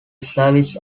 service